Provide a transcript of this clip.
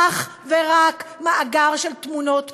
אך ורק מאגר של תמונות פנים.